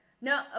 No